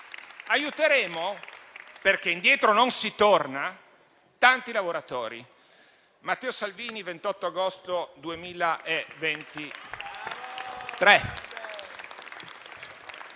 aiuteremo, perché indietro non si torna, tanti lavoratori. Matteo Salvini, 28 agosto 2023.